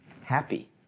happy